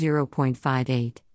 0.58